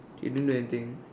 didn't do anything